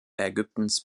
ägyptens